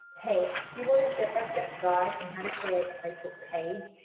hey, you want a step by step guide on how to create a facebook page?